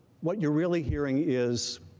what you are really hearing is